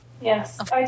Yes